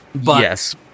Yes